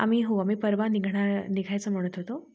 आम्ही हो आम्ही परवा निघणा निघायचं म्हणत होतो